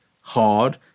hard